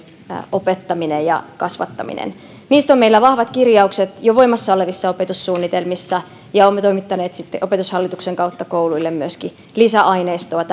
opettaminen ja kasvattaminen siinä niistä on meillä vahvat kirjaukset jo voimassa olevissa opetussuunnitelmissa ja olemme toimittaneet opetushallituksen kautta kouluille myöskin lisäaineistoa